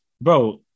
bro